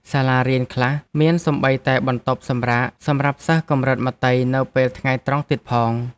សាលារៀនខ្លះមានសូម្បីតែបន្ទប់សម្រាកសម្រាប់សិស្សកម្រិតមត្តេយ្យនៅពេលថ្ងៃត្រង់ទៀតផង។